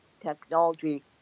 technology